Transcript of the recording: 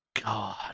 God